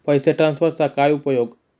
पैसे ट्रान्सफरचा काय उपयोग?